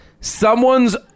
someone's